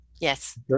Yes